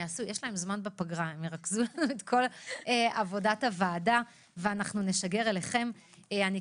שמואל והצוות ירכזו את כל עבודת הוועדה ואנחנו נשגר אליכם את הפירוט.